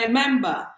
member，